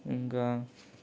ఇంకా